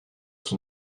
son